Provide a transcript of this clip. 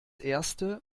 erste